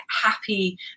happy